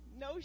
no